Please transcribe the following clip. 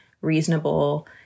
reasonable